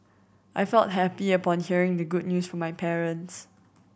I felt happy upon hearing the good news from my parents